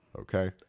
Okay